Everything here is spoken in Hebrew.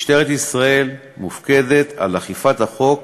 משטרת ישראל מופקדת על אכיפת החוק